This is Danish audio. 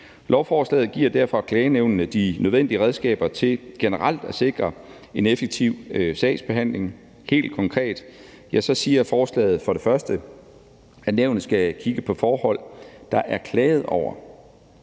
Lovforslaget giver derfor klagenævnene de nødvendige redskaber til generelt at sikre en effektiv sagsbehandling. Helt konkret siger forslaget for det første, at nævnet skal kigge på forhold, der er klaget over,